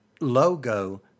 logo